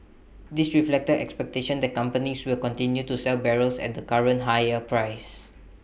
this reflected expectations that companies will continue to sell barrels at the current higher price